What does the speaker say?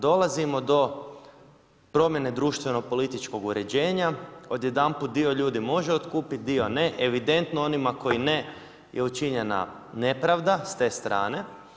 Dolazimo do promjene društveno političkog uređenja, odjedanput dio ljudi može otkupiti, dio ne, evidentno onima koji ne je učinjena nepravda s te strane.